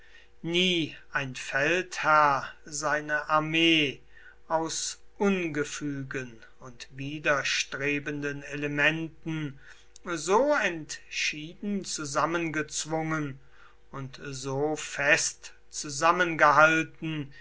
nie ein feldherr seine armee aus ungefügen und widerstrebenden elementen so entschieden zusammengezwungen und so fest zusammengehalten